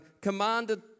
Commanded